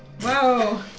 Whoa